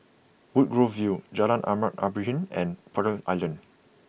Woodgrove View Jalan Ahmad Ibrahim and Pearl Island